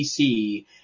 PC